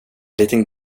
liten